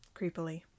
creepily